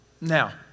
Now